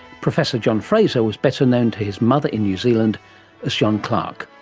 professor john fraser was better known to his mother in new zealand as john clarke.